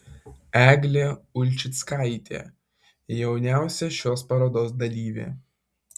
eglė ulčickaitė jauniausia šios parodos dalyvė